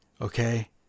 Okay